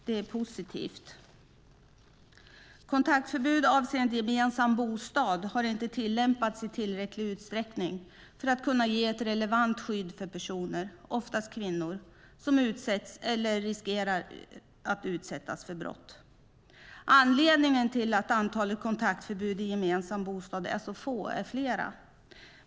Det är positivt. Kontaktförbud avseende gemensam bostad har inte tillämpats i tillräcklig utsträckning för att kunna ge ett relevant skydd för personer, oftast kvinnor, som utsätts eller riskerar att utsättas för brott. Anledningarna till att antalet kontaktförbud i gemensam bostad är så få är flera.